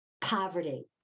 poverty